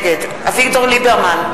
נגד אביגדור ליברמן,